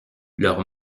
leurs